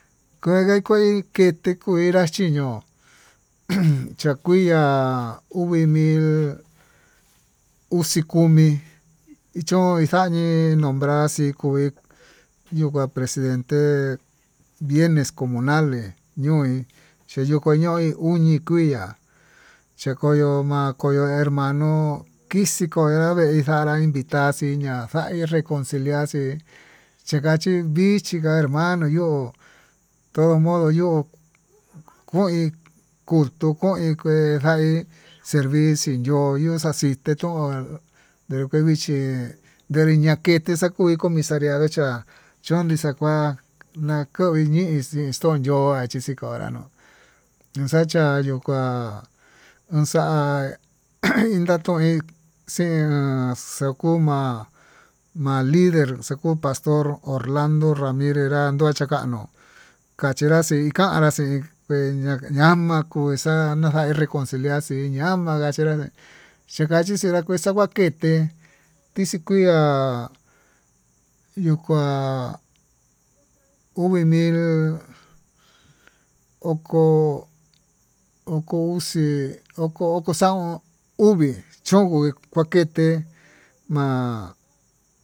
Kanra koi kete kuera chi'í ño'o um, chakuiya'a uu vii mil uxi kumi choin xañii nombrar xii kui ñuka presidente vienes comunales ñoin, cheñoko ño'í uni kui'a chekoyo ma'a koyo hermano kixii koya'í nine xanrái itaxii naxai reconciliar xii chika chii vichika hermano yo'o todo modo yó koin kutu modo koin ke xain servicio ño'o, yuxaxite tón ndere kadii chí denre ñakete xakui comisarido cha choni xakua nakoni chixii xandoa chí xii konrá no'o ñoxachayo kuá unxa'a iin nratoin xin xakuu ma'a lider xakuu pastor horlando ramirez nra nochi kano, kachinraxi kana xii he na llama kuxa'a ha reconciliar xii nama'a chikaxi xinrama kete ndixii kuia ñuu kuá uvi mil oko uxi oko oko xaón uví chonguo vakete ma'a.